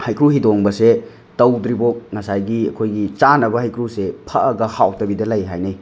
ꯍꯩꯀ꯭ꯔꯨ ꯍꯤꯗꯣꯡꯕꯁꯦ ꯇꯧꯗ꯭ꯔꯤ ꯐꯥꯎ ꯉꯁꯥꯏꯒꯤ ꯑꯩꯈꯣꯏꯒꯤ ꯆꯥꯅꯕ ꯍꯩꯀ꯭ꯔꯨꯁꯦ ꯐꯛꯑꯒ ꯍꯥꯎꯇꯕꯤꯗ ꯂꯩ ꯍꯥꯏꯅꯩ